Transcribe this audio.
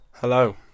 Hello